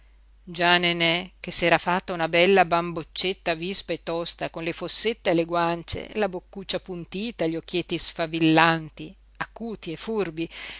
già nenè che s'era fatta una bella bamboccetta vispa e tosta con le fossette alle guance la boccuccia appuntita gli occhietti sfavillanti acuti e furbi